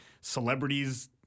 celebrities